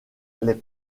les